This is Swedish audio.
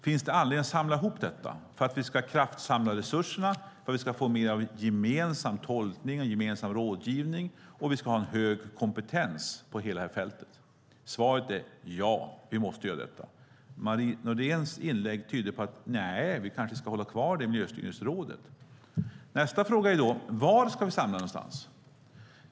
Finns det anledning att samla ihop detta för att vi ska kraftsamla resurserna, för att vi ska få mer av gemensam tolkning och gemensam rådgivning och för att vi ska ha en hög kompetens på hela detta fält? Svaret är ja, vi måste göra detta. Marie Nordéns inlägg tyder på att hon tycker att vi kanske ska ha kvar det i Miljöstyrningsrådet. Nästa fråga är: Var ska vi samla detta?